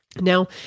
Now